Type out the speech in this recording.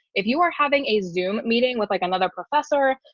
if you are having a zoom meeting with like another professor,